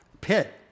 pit